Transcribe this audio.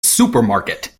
supermarket